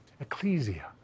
Ecclesia